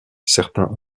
certains